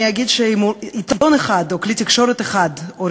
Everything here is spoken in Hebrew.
אני אגיד שעם עיתון אחד או כלי תקשורת אחד או עם